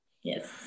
Yes